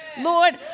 Lord